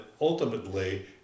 ultimately